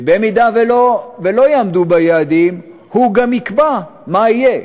ואם לא יעמדו ביעדים, הוא גם יקבע מה יהיה.